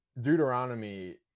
Deuteronomy